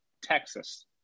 Texas